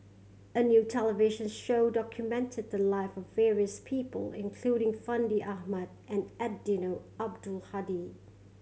a new television show documented the live of various people including Fandi Ahmad and Eddino Abdul Hadi